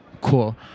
Cool